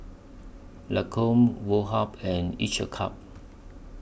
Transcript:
Lancome Woh Hup and Each A Cup